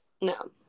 No